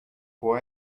può